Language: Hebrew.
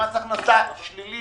הכשרה מקצועית, למשל,